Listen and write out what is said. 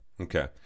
Okay